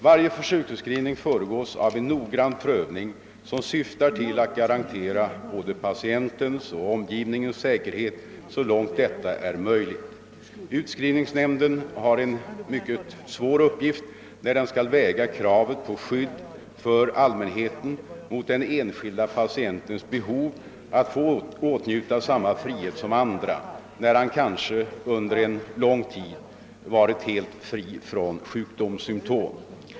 Varje försöksutskrivning föregås av en noggrann prövning som syftar till att garantera både patientens och omgivningens säkerhet så långt detta är möjligt. Utskrivningsnämnden har en mycket svår uppgift när den skall väga kravet på skydd för allmänheten mot den enskilda patientens behov att få åtnjuta samma frihet som andra, när han kanske under en lång tid varit helt fri från sjukdomssymtom.